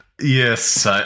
Yes